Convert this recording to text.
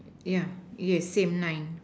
yeah yes same nine